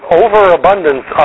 overabundance